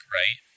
right